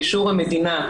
באישור המדינה,